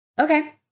okay